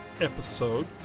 episode